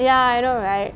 ya I know right